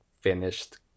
finished